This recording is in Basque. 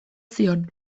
zion